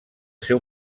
seu